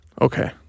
Okay